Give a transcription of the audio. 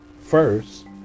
first